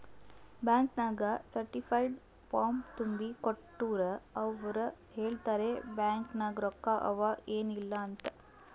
bank ನಾಗ್ certified form ತುಂಬಿ ಕೊಟ್ಟೂರ್ ಅವ್ರ ಹೇಳ್ತಾರ್ ಬ್ಯಾಂಕ್ ನಾಗ್ ರೊಕ್ಕಾ ಅವಾ ಏನ್ ಇಲ್ಲ ಅಂತ್